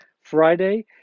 Friday